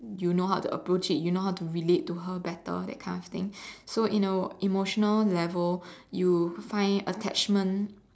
you know how to approach it you know how to related to her better that kind of thing so in the emotional level you find attachment